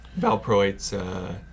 valproate